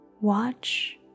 Watch